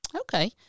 Okay